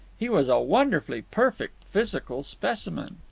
he was a wonderfully perfect physical specimen.